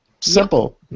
Simple